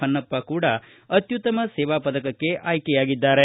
ಹೊನ್ನಪ್ಪ ಅವರು ಕೂಡ ಅತ್ಯುತ್ತಮ ಸೇವಾ ಪದಕಕ್ಕೆ ಆಯ್ಕೆಯಾಗಿದ್ದಾರೆ